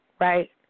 Right